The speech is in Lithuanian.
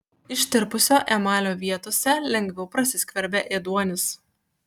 ištirpusio emalio vietose lengviau prasiskverbia ėduonis